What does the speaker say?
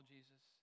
Jesus